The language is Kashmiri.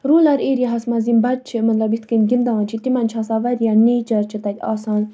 رولَر ایریاہَس مَنٛز یِم بَچہِ چھِ مطلب یِتھ کَنۍ گِندان چھِ تِمَن چھُ آسان واریاہ نیچَر چھِ تَتہِ آسان